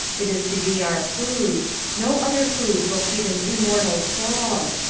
it is to be our food no other food will feed an immortal soul.